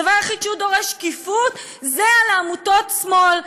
הדבר היחיד שהוא דורש עליו שקיפות זה על עמותות שמאל.